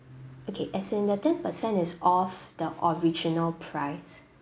okay as in the ten percent is off the original price